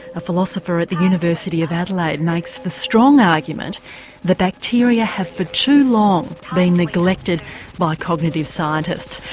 a philosopher at the university of adelaide, makes the strong argument that bacteria have for too long been neglected by cognitive scientists.